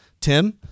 Tim